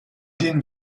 den